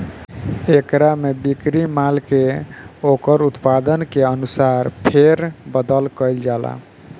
एकरा में बिक्री माल के ओकर उत्पादन के अनुसार फेर बदल कईल जाला